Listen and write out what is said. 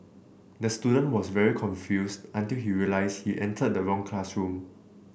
the student was very confused until he realise he entered the wrong classroom